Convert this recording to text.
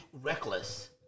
Reckless